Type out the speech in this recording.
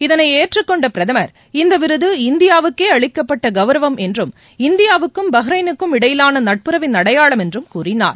இதனை ஏற்றுக்கொண்ட பிரதமர் இந்த விருது இந்தியாவுக்கே அளிக்கப்பட்ட கவுரவம் என்றும் இந்தியாவுக்கும் பஹ்ரைனுக்கும் இடையிலான நட்புறவின் அடையாளம் என்றும் கூறினார்